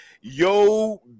Yo